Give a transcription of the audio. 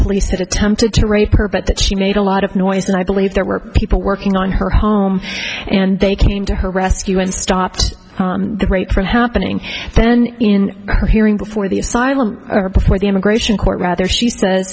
police had attempted to rape her but that she made a lot of noise and i believe there were people working on her and they came to her rescue and stopped the rate from happening then in her hearing before the asylum or before the immigration court rather she sa